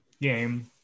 game